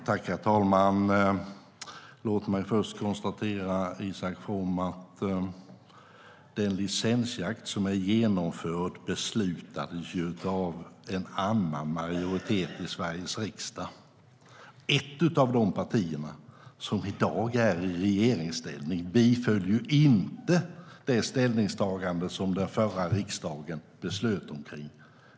Herr talman! Låt mig först konstatera, Isak From, att den licensjakt som har genomförts beslutades av en annan majoritet i Sveriges riksdag. Ett av de partier som i dag är i regeringsställning biföll inte det ställningstagande som den förra riksdagen beslutade om.